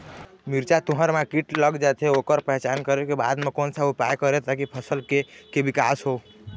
मिर्ची, तुंहर मा कीट लग जाथे ओकर पहचान करें के बाद मा कोन सा उपाय करें ताकि फसल के के विकास हो?